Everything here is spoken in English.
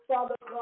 Father